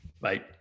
bye